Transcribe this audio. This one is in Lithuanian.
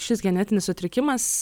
šis genetinis sutrikimas